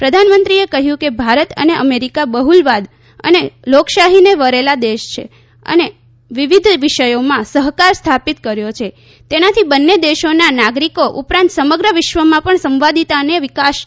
પ્રધાનમંત્રીએ કહ્યું કે ભારત અને અમેરિકા બહૂલવાદ અને લોકશાહીને વરેલા દેશ છે અને વિવિધ વિષયોમાં સહકાર સ્થાપિત કર્યો છે તેનાથી બંને દેશોના નાગરિકો ઉપરાંત સમગ્ર વિશ્વમાં પણ સંવાદિતાને વિકાસ થશે